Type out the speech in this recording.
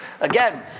again